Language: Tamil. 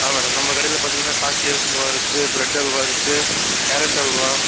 ஆ மேடம் நம்ம கடையில் பார்த்திங்கனா காஷியஸ் அல்வா இருக்குது ப்ரெட் அல்வா இருக்குது கேரட் அல்வா